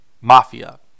Mafia